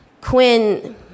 Quinn